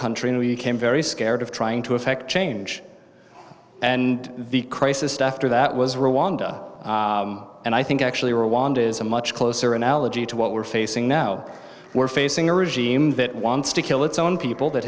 country and we came very scared of trying to effect change and the crisis after that was rwanda and i think actually rwanda is a much closer analogy to what we're facing now we're facing a regime that wants to kill its own people that